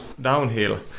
downhill